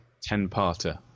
ten-parter